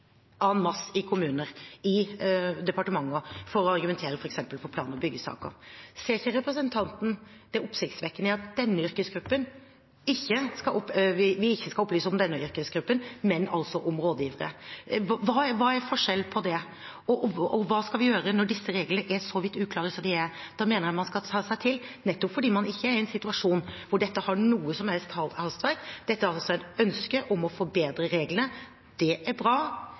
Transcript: i kommuner og i departementer for å argumentere f.eks. for plan- og byggesaker. Ser ikke representanten det oppsiktsvekkende i at vi ikke skal opplyse om denne yrkesgruppen, men om rådgivere? Hva er forskjellen på det? Hva skal vi gjøre når disse reglene er så vidt uklare som de er? Da mener jeg man skal ta seg tid nettopp fordi man ikke er i en situasjon hvor dette har noe som helst hastverk. Dette er et ønske om å forbedre reglene. Det er bra,